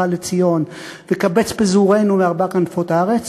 לציון" וקבץ פזורינו מארבע כנפות הארץ,